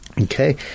Okay